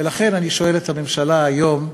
ולכן אני שואל את הממשלה היום,